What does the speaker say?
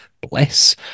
Bless